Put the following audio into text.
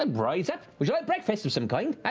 um rise up! would you like breakfast of some kind,